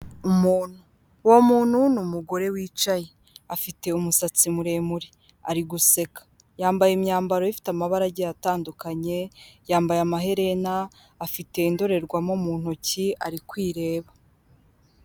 Umuntu uwo muntu ni umugore wicaye, afite umusatsi muremure ari guseka, yambaye imyambaro ifite amabara agiye atandukanye, yambaye amaherena afite indorerwamo mu ntoki ari kwireba.